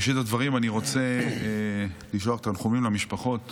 בראשית הדברים אני רוצה לשלוח תנחומים למשפחות